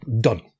done